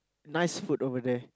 nice food over there